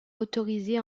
autorisée